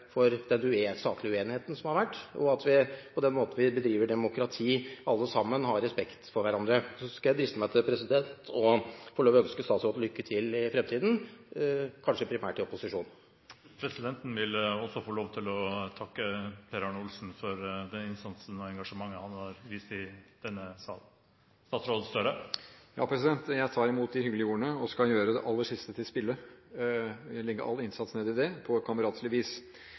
for den saklige uenigheten som har vært, og at vi på den måten vi bedriver demokrati, alle sammen har respekt for hverandre. Så skal jeg driste meg til å få lov å ønske statsråden lykke til i fremtiden, kanskje primært i opposisjon. Presidenten vil også få lov til å takke Per Arne Olsen for den innsatsen og det engasjementet han har vist i denne sal. Jeg tar imot de hyggelige ordene og skal gjøre det aller siste til skamme. Jeg vil legge all innsats ned i det – på et kameratslig vis.